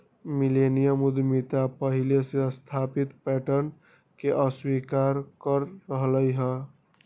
millennium उद्यमिता पहिले से स्थापित पैटर्न के अस्वीकार कर रहल हइ